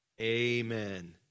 Amen